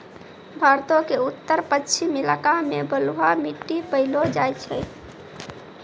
भारतो के उत्तर पश्चिम इलाका मे बलुआ मट्टी पायलो जाय छै